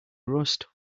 rust